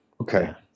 Okay